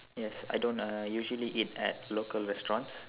yes I don't uh usually eat at local restaurants